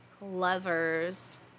lovers